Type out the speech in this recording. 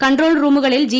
control റൂമുകളിൽ G